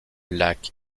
lac